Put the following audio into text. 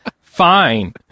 Fine